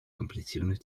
коллективных